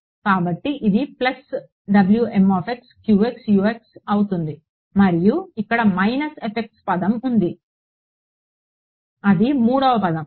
కాబట్టి ఇది plus W m x q x U x అవుతుంది మరియు ఇక్కడ మైనస్ fx పదం ఉంది అది మూడవ పదం